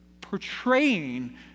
portraying